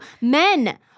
Men